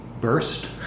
burst